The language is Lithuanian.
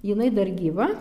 jinai dar gyva